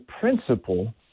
principle